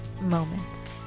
moments